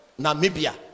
namibia